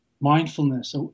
mindfulness